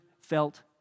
felt